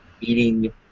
eating